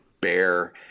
bear